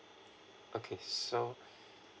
okay so